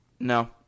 No